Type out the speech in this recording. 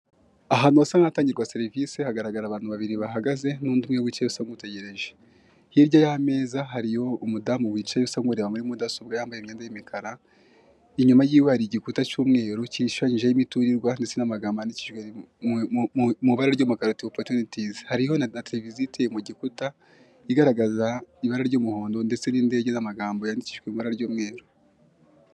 Ahantu hasa nk'ahatangirwa serivisi hagaragara abantu babiri bahagaze n'undi umwe wicaye usa nkutegereje hirya y'ameza hariyo umudamu wicaye usa nkureba muri mudasobwa yambaye imyenda y'imikara inyuma yiwe hari igikuta cy'umweru cyishushanyijeho imiturirwa ndetse n'amagambo yandikishijwe mu mu mubara ry'umukara tu opotunitizi, hariho na televiziyo iteye mu gikuta igaragaza ibara ry'umuhondo ndetse n'indege z'amagambo yandikishijwe ibara ry'umweru.